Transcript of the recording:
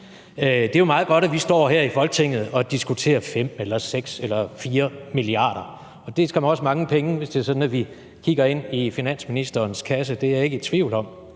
Det er jo meget godt, at vi står her i Folketinget og diskuterer 4 eller 5 eller 6 mia. kr., og det er skam også mange penge, hvis det er sådan, at vi kigger ind i finansministerens kasse – det er jeg ikke i tvivl om